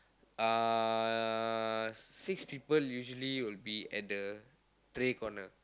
uh six people usually will be at the tray corner